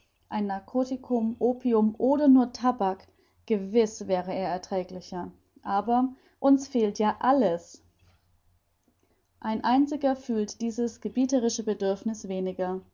ein narcoticum opium oder nur tabak gewiß wäre er erträglicher aber uns fehlt ja alles ein einziger fühlt dieses gebieterische bedürfniß weniger